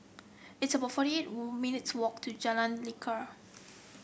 it's about forty eight minutes' walk to Jalan Lekar